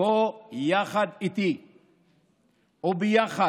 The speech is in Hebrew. בוא יחד איתי וביחד